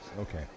Okay